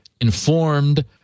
informed